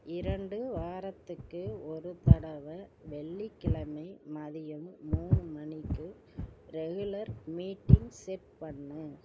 இரண்டு வாரத்துக்கு ஒரு தடவை வெள்ளிக்கிழமை மதியம் மூணு மணிக்கு ரெகுலர் மீட்டிங் செட் பண்ணு